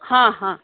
ହଁ ହଁ